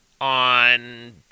on